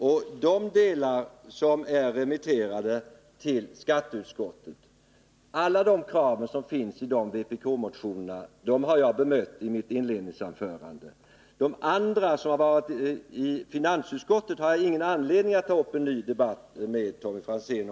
Alla de krav som finns i dessa motioner och som faller under skatteutskottet har jag bemött i mitt inledningsanförande. De förslag som behandlats av finansutskottet har jag ingen anledning att ta upp en ay debatt om med Tommy Franzén.